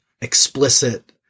explicit